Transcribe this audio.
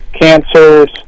cancers